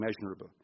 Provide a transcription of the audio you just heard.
immeasurable